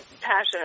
passionate